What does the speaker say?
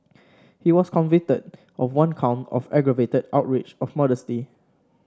he was convicted of one count of aggravated outrage of modesty